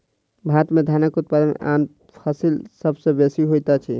भारत में धानक उत्पादन आन फसिल सभ सॅ बेसी होइत अछि